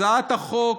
הצעת החוק